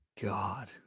God